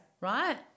Right